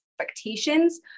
expectations